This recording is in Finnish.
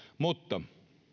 mutta